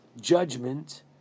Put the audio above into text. judgment